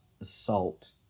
assault